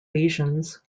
lesions